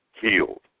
healed